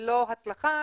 בלא הצלחה,